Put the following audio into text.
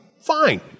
Fine